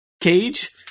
Cage